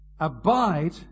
Abide